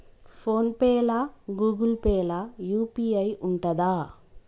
Phone pay లా Google Pay లా UPI ఉంటదా?